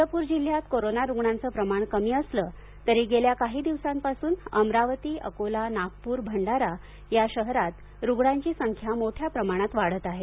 चंद्रपूर जिल्ह्यात कोरोना रूग्णांचं प्रमाण सध्या कमी असलं तरी गेल्या काही दिवसांपासून अमरावती अकोला नागपूर भंडारा या शहरात रूग्णांची संख्या मोठ्या प्रमाणात वाढत आहे